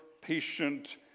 patient